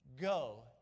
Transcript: go